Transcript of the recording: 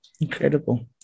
incredible